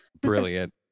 Brilliant